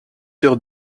heures